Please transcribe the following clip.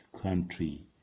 country